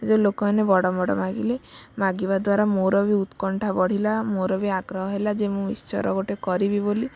ଯେ ଲୋକମାନେ ବଡ଼ ବଡ଼ ମାଗିଲେ ମାଗିବା ଦ୍ୱାରା ମୋର ବି ଉତ୍କଣ୍ଠା ବଢ଼ିଲା ମୋର ବି ଆଗ୍ରହ ହେଲା ଯେ ମୁଁ ମିକ୍ସଚର୍ ଗୋଟେ କରିବି ବୋଲି